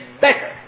better